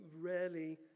rarely